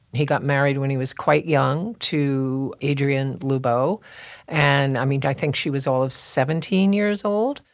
he got married when he was quite young, too. adrian lupo and i mean, i think she was all of seventeen years old.